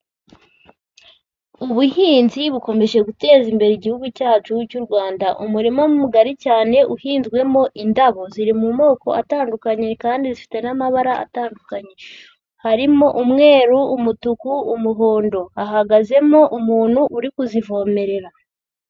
Ubuhinzi bukomeje guteza imbere Igihugu cyacu cy'u Rwanda, umurima mugari cyane uhinzwemo indabo, ziri mu moko atandukanye kandi zifite n'amabara atandukanye, harimo umweru, umutuku, umuhondo, hahagazemo umuntu uri kuzivomerera.